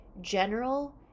general